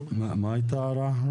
מה היתה ההערה?